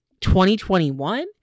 2021